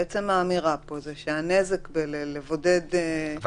עצם האמירה פה היא שהנזק בלבודד ילד --- אבל